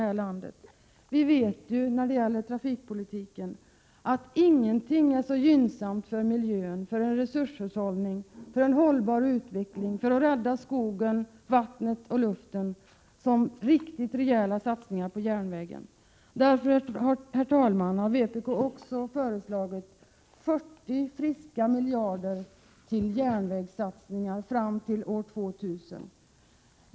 När det gäller trafikpolitiken vet vi att ingenting är så gynnsamt för miljön, för en resurshushållning, för en hållbar utveckling, för att rädda skogen, vattnet och luften som riktigt rejäla satsningar på järnvägen. Därför, herr talman, har vpk också föreslagit 40 friska miljarder till järnvägssatsningar fram till år 2000.